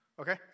okay